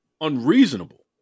unreasonable